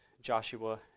Joshua